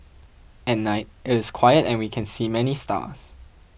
at night it is quiet and we can see many stars